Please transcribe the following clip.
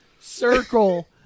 circle